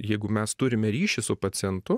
jeigu mes turime ryšį su pacientu